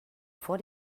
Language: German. vor